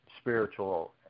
spiritual